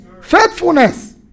faithfulness